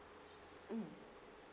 mm